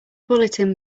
bulletin